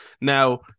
Now